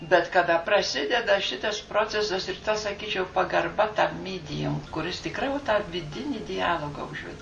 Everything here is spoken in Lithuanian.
bet kada prasideda šitas procesas ir ta sakyčiau pagarba tam midijum kuris tikrai jau tą vidinį dialogą užveda